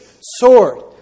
sword